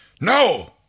No